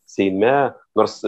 seime nors